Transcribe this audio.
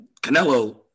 Canelo